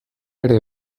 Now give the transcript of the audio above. ere